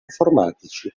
informatici